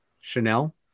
Chanel